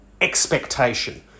expectation